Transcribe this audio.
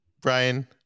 Brian